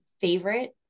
favorite